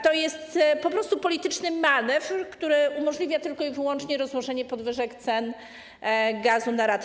To jest po prostu polityczny manewr, który umożliwia tylko i wyłącznie rozłożenie podwyżek cen gazu na raty.